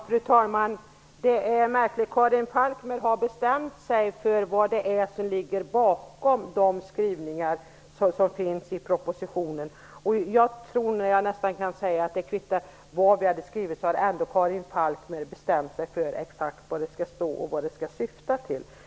Fru talman! Karin Falkmer har bestämt sig för vad som ligger bakom de skrivningar som finns i propositionen. Jag tror att det hade kvittat vad vi hade skrivit. Karin Falkmer hade ändå bestämt sig för vad det skall stå och vad det skall syfta till.